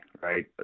right